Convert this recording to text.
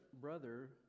brother